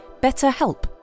BetterHelp